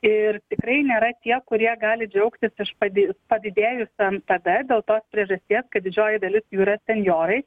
ir tikrai nėra tie kurie gali džiaugtis iš padi padidėjusiom em p d dėl tos priežasties kad didžioji dalis jau yra senjorai